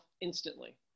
instantly